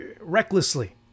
recklessly